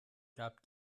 gab